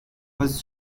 was